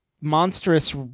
monstrous